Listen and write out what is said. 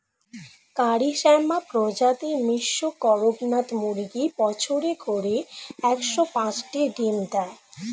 কারি শ্যামা প্রজাতির মিশ্র কড়কনাথ মুরগী বছরে গড়ে একশ পাঁচটি ডিম দেয়